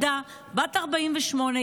בת 48,